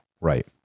Right